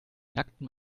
nacktem